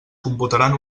computaran